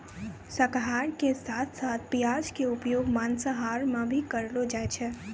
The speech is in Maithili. शाकाहार के साथं साथं प्याज के उपयोग मांसाहार मॅ भी करलो जाय छै